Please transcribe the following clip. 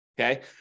Okay